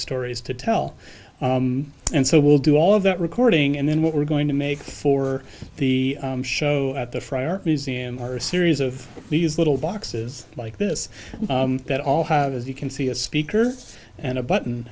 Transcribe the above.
stories to tell and so we'll do all of that recording and then what we're going to make for the show at the friar museum are a series of these little boxes like this that all have as you can see a speakers and a button